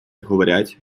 говорять